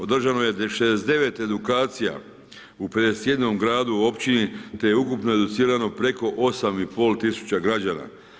Održano je 69 edukacija u 51 gradu i općini, te je ukupno educirano preko 8,5 tisuća građana.